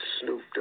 Snoop